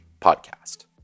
podcast